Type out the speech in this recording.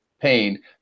pain